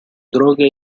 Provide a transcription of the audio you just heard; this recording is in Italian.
droga